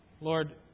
Lord